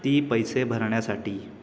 ती पैसे भरण्यासाठी